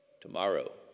tomorrow